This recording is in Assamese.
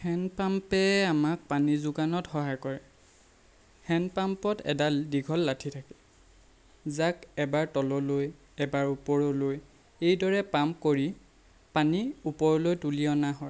হেণ্ডপাম্পে আমাক পানী যোগানত সহায় কৰে হেণ্ডপাম্পত এদাল দীঘল লাঠি থাকে যাক এবাৰ তললৈ এবাৰ ওপৰলৈ এইদৰে পাম্প কৰি পানী ওপৰলৈ তুলি অনা হয়